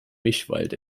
mischwald